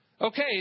Okay